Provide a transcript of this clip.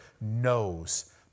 knows